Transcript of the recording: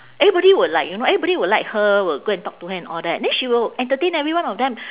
everybody would like you know everybody will like her will go and talk to her and all that then she will entertain everyone of them